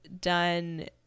done